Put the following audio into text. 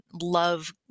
love